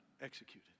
Executed